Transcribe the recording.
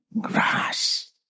grass